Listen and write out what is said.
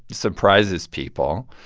surprises people,